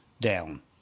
down